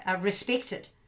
respected